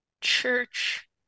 church